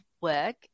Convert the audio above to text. work